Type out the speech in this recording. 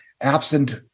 absent